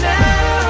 now